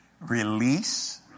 Release